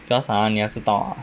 because ah 你要知道